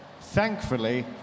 Thankfully